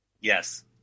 Yes